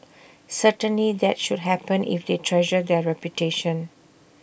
certainly that should happen if they treasure their reputation